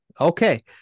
Okay